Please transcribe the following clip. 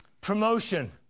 Promotion